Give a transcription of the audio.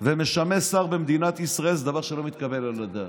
ומשמש שר במדינת ישראל, זה דבר שלא מתקבל על הדעת.